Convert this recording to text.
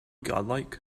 godlike